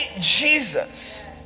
jesus